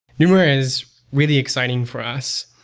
numerai is really exciting for us.